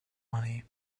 money